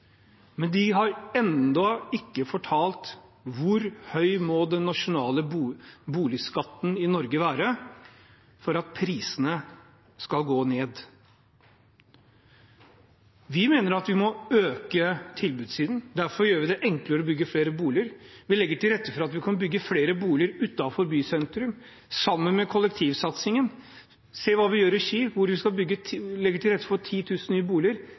men de har ennå ikke fortalt hvor høy den nasjonale boligskatten i Norge må være for at prisene skal gå ned. Vi mener at vi må øke tilbudet. Derfor gjør vi det enklere å bygge flere boliger. Vi legger til rette for at en kan bygge flere boliger utenfor bysentrene, sammen med kollektivsatsingen. Se hva vi gjør i Ski, hvor vi skal legge til rette for 10 000 nye boliger